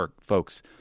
folks